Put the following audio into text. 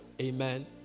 amen